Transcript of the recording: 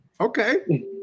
Okay